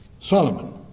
Solomon